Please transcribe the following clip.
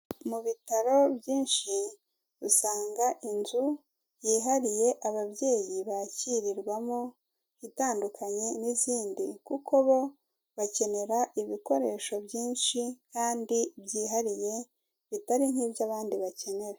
Mu bitaro byinshi, usanga inzu yihariye ababyeyi bakirirwamo, itandukanye n'izindi kuko bo bakenera ibikoresho byinshi kandi byihariye bitari nk'ibyo abandi bakenera.